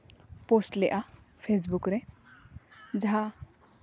post ᱞᱮᱜᱼᱟ Facebook ᱨᱮ ᱡᱟᱦᱟᱸ